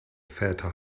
väter